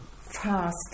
fast